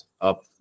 up